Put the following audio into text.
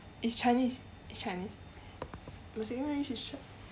it's chinese it's chinese my second language is chi~